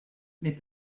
mais